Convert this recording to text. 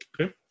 Okay